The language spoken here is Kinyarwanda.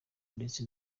ndetse